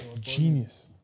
Genius